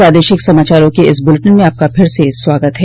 प्रादेशिक समाचारों के इस बुलेटिन में आपका फिर से स्वागत है